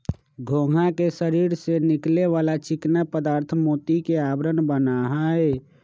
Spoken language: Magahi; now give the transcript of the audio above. घोंघा के शरीर से निकले वाला चिकना पदार्थ मोती के आवरण बना हई